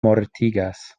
mortigas